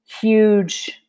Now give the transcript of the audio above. huge